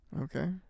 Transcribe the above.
Okay